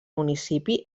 municipi